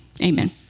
Amen